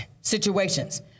situations